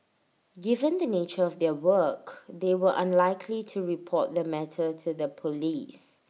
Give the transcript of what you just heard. given the nature of their work they were unlikely to report the matter to the Police